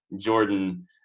Jordan